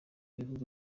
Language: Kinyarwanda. bihugu